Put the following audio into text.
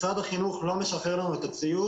משרד החינוך לא משחרר לנו את הציוד,